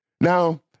Now